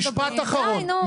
משפט אחרון.